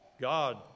God